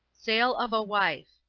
sale of a wife.